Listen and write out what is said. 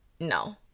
no